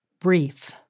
brief